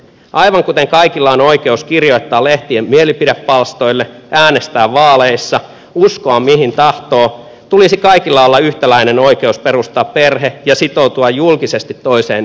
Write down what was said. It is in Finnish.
aivan kuten kaikilla on oikeus kirjoittaa lehtien mielipidepalstoille äänestää vaaleissa uskoa mihin tahtoo tulisi kaikilla olla yhtäläinen oikeus perustaa perhe ja sitoutua julkisesti toiseen ihmiseen